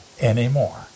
anymore